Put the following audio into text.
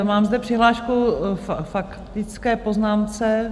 Mám zde přihlášku k faktické poznámce.